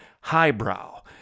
highbrow